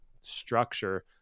structure